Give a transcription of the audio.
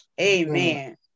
Amen